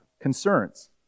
concerns